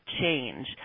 change